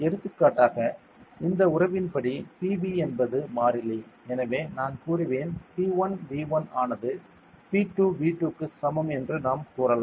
எடுத்துக்காட்டாக இந்த உறவின் படி P V என்பது மாறிலி என நான் கூறுவேன் P 1 V 1 ஆனது P 2 V 2 க்கு சமம் என்று நாம் கூறலாம்